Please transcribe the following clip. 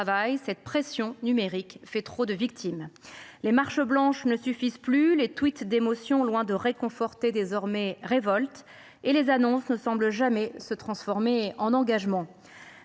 cette pression numérique fait trop de victimes. Les marches blanches ne suffisent plus. Les tweets d’émotion, loin de réconforter, révoltent désormais, et les annonces ne semblent jamais se transformer en engagements.